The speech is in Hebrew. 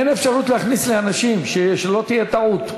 אין אפשרות להכניס לי אנשים, שלא תהיה טעות.